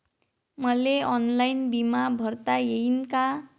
मले ऑनलाईन बिमा भरता येईन का?